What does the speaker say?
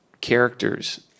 characters